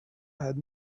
have